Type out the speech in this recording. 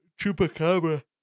Chupacabra